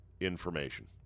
information